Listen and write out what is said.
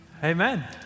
Amen